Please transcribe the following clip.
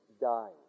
dying